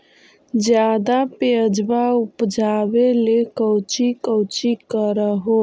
ज्यादा प्यजबा उपजाबे ले कौची कौची कर हो?